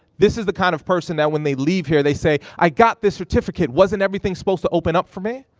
this is the kind of person that when they leave here they say, i got the certificate, wasn't everything supposed to open up for me?